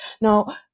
Now